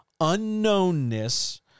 Unknownness